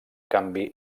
canvi